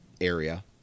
area